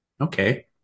okay